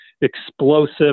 explosive